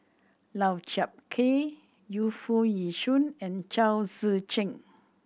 Lau Chiap Khai Yu Foo Yee Shoon and Chao Tzee Cheng